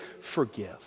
forgive